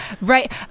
right